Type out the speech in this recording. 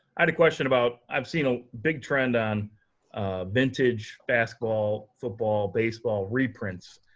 i had a question about i've seen a big trend on vintage basketball, football baseball, reprints,